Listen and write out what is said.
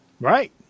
right